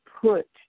put